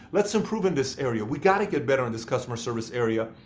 let's improve in this area. we've got to get better in this customer service area.